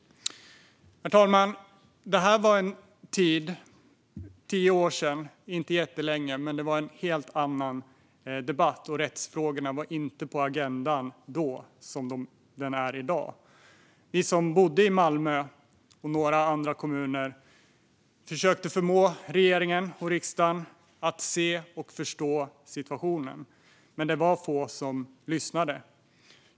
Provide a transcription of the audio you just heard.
Herr talman! Detta var för tio år sedan - inte jättelänge sedan - då det var en helt annan debatt och rättsfrågorna inte var på agendan så som de är i dag. Vi som bodde i Malmö och i några andra kommuner försökte förmå regeringen och riksdagen att se och förstå situationen, men det var få som lyssnade.